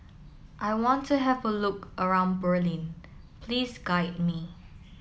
I want to have a look around Berlin please guide me